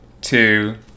two